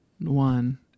one